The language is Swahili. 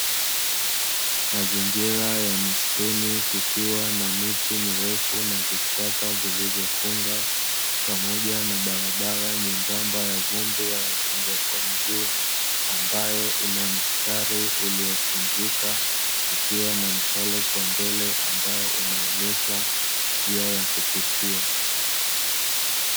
Mazingira ya misituni kukiwa na miti mirefu na vichaka vilivyofunga, pamoja na barabara nyembamba ya vumbi ya watembea kwa miguu, ambayo ina mstari uliokunjika ikiwa na mshale kwa mbele ambao unaonesha njia ya kupitia.